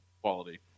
quality